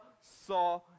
saw